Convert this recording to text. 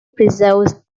preserves